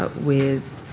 but with,